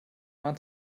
mann